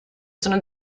sono